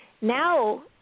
Now